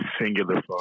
singular